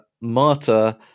Marta